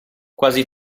quasi